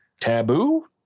taboo